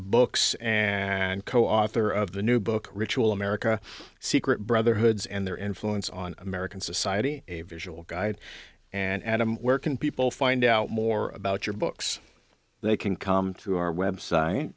books and co author of the new book ritual america secret brotherhoods and their influence on american society a visual guide and adam were can people find out more about your books they can come to our website